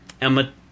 Emma